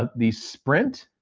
the sprint